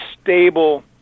stable